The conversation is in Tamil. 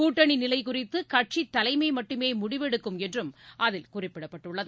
கூட்டணி நிலை குறித்து கட்சித் தலைமைமட்டுமே முடிவெடுக்கப்படும் என்றும் அதில் குறிப்பிடப்பட்டுள்ளது